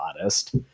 honest